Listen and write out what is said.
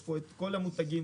יש פה כל המותגים